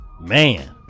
Man